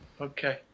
Okay